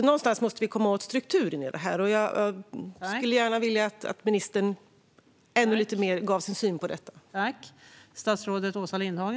Någonstans måste vi komma åt strukturen i det här, och jag skulle gärna vilja att ministern utvecklade sin syn på detta lite.